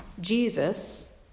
Jesus